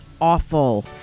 awful